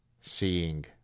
seeing